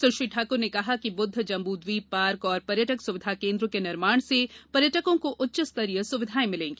सुश्री ठाकर ने कहा कि बुद्ध जम्बूद्वीप पार्क और पर्यटक सुविधा केन्द्र के निर्माण से पर्यटकों को उच्च स्तरीय सुविधाएँ मिलेंगी